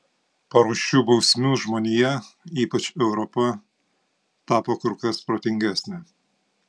po rūsčių bausmių žmonija ypač europa tapo kur kas protingesnė